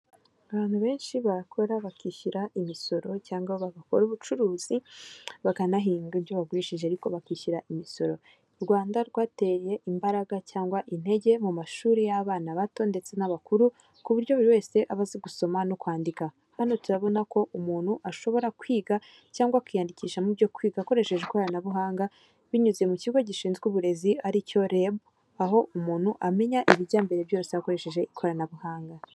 Abantu benshi bakora bakishyura imisoro cyangwa bagakora ubucuruzi bakanahinga ibyo bagurishije, ariko bakishyura imisoro. U Rwanda rwashyize imbaraga mu mashuri y’abana bato ndetse n’abakuru, ku buryo buri wese aba azi gusoma no kwandika. Hano turabona ko umuntu ashobora kwiga cyangwa kwiyandikisha mu byo kwiga akoresheje ikoranabuhanga, binyuze mu kigo gishinzwe uburezi aricyo REB, aho umuntu amenya ibijyanye mana byo akoresheje ikoranabuhanga.